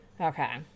Okay